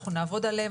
אנחנו נעבוד עליהם,